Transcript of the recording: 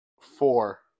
four